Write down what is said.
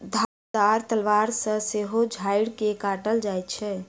धारदार तलवार सॅ सेहो झाइड़ के काटल जाइत छै